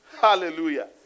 Hallelujah